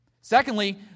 Secondly